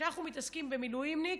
כשאנחנו מתעסקים במילואימניק,